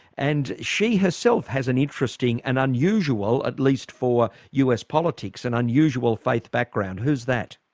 and she herself has an interesting, an unusual at least for us politics an unusual faith background. who's that?